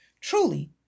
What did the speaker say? Truly